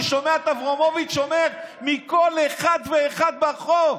אני שומע את אברמוביץ' אומר: מכל אחד ואחד ברחוב.